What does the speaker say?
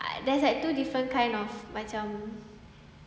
ah there's like two different kind of macam